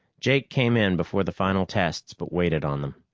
jake came in before the final tests, but waited on them.